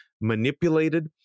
manipulated